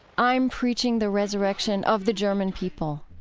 i'm preaching the resurrection of the german people.